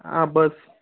હા બસ